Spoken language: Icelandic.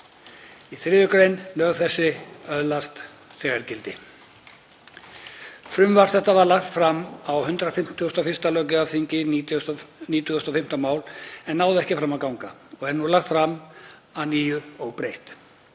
gr. 3. gr. Lög þessi öðlast þegar gildi.“ Frumvarp þetta var lagt fram á 151. löggjafarþingi, 95. mál, en náði ekki fram að ganga og er nú lagt fram að nýju óbreytt.